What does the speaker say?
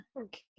Okay